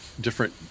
different